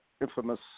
infamous